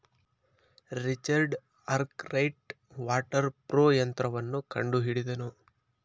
Richard Arkwright water frame ಯಂತ್ರವನ್ನು ಕಂಡುಹಿಡಿದನು